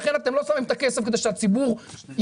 לכן אתם לא שמים את הכסף כדי שהציבור ידע